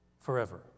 forever